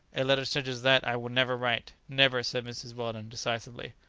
a letter such as that i will never write never, said mrs. weldon decisively.